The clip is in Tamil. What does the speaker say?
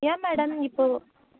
ஏன் மேடம் இப்போது